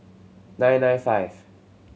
nine nine five